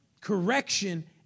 correction